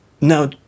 now